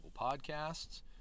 Podcasts